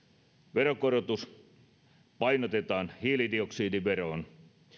veronkorotus painotetaan hiilidioksidiveroon